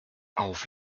auf